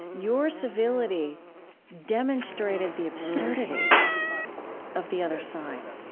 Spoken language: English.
your civility demonstrated the absurdity of the other side.